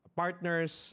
partners